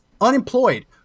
unemployed